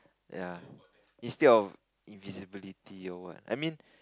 ya instead of invisibility or what I mean